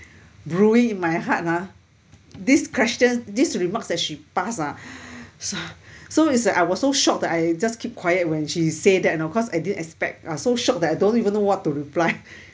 brewing in my heart lah this question this remarks that she pass ah so so it's I was so shocked that I just keep quiet when she said that you know cause I didn't expect uh so shocked that I don't even know what to reply